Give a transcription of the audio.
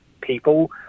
people